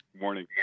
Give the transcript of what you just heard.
morning